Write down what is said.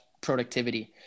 productivity